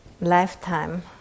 lifetime